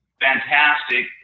fantastic